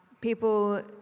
people